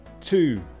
two